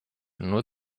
nur